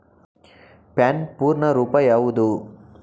PAN ಪೂರ್ಣ ರೂಪ ಯಾವುದು?